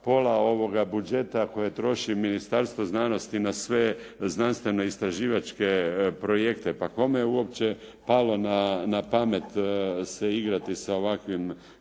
pola ovoga budžeta koje troši Ministarstvo znanosti na sve znanstveno-istraživačke projekte. Pa kome je uopće palo na pamet se igrati sa ovakvim